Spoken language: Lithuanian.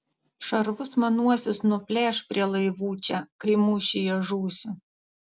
šarvus manuosius nuplėš prie laivų čia kai mūšyje žūsiu